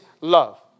love